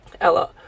Ella